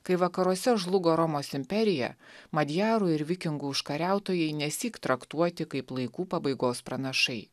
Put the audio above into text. kai vakaruose žlugo romos imperija madjarų ir vikingų užkariautojai nesyk traktuoti kaip laikų pabaigos pranašai